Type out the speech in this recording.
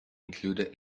included